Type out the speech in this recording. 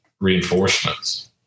reinforcements